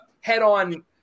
head-on